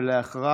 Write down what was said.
ואחריו,